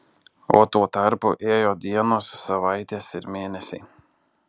o tuo tarpu ėjo dienos savaitės ir mėnesiai